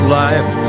life